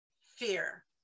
fear